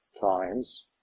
times